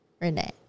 Renee